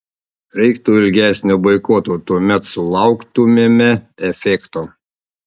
reiktų ilgesnio boikoto tuomet sulauktumėme efekto